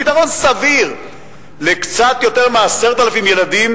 פתרון סביר לקצת יותר מ-10,000 ילדים